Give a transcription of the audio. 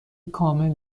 کامل